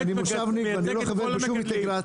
מושבניק ואני לא תומך בשום אינטגרציות.